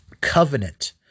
Covenant